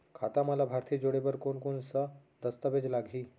खाता म लाभार्थी जोड़े बर कोन कोन स दस्तावेज लागही?